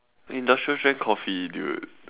industrial strength coffee dude